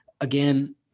again